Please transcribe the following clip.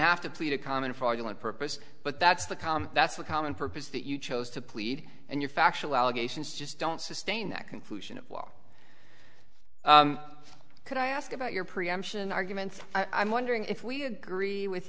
have to plead a common for argument purpose but that's the calm that's the common purpose that you chose to plead and your factual allegations just don't sustain that conclusion of law could i ask about your preemption argument i'm wondering if we agree with